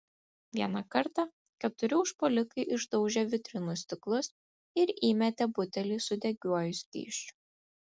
vieną kartą keturi užpuolikai išdaužė vitrinų stiklus ir įmetė butelį su degiuoju skysčiu